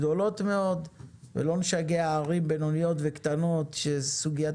גדולות מאוד ולא נשגע ערים בינוניות וקטנות שסוגיית